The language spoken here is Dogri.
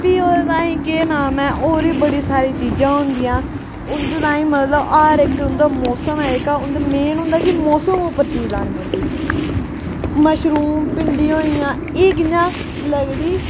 भी ओह्दे ताईं केह् नां में होर बी बड़ियां सारियां चीजां होंदियां उं'दे ताईं मतलब हर इक उं'दा मौसम ऐ जेह्का उं'दा मतलब मेन होंदा कि मौसम उप्पर चीज लानी पौंदी मशरूम भिंड्डियां होई गेइयां एह् कि'यां लगदी